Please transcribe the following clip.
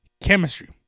chemistry